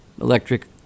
electric